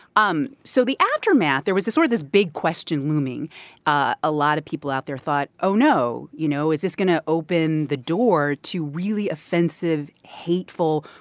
um so the aftermath there was this, sort of this big question looming a ah lot of people out there thought, oh, no, you know. is this going to open the door to really offensive, hateful,